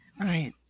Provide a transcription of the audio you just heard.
Right